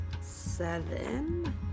seven